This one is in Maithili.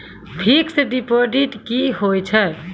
फिक्स्ड डिपोजिट की होय छै?